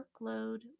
workload